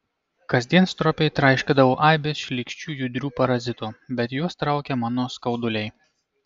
kasdien stropiai traiškydavau aibes šlykščių judrių parazitų bet juos traukė mano skauduliai